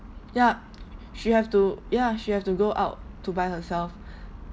yup she have to ya she have to go out to buy herself